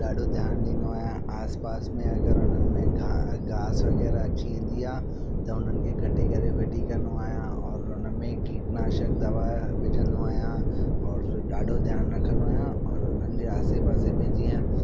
ॾाढो ध्यानु ॾींदो आहियां आस पास में अगरि उन्हनि में घा घास वग़ैरह अची वेंदी आहे त उन्हनि खे कटे करे फिटी कंदो आहियां और हुन में कीटनाशक दवा विझंदो आहियां और ॾाढो ध्यानु रखंदो आहियां और उन्हनि जे आसे पासे में जीअं